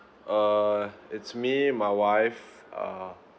uh it's me my wife uh